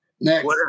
Next